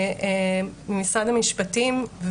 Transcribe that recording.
למשרד המשפטים,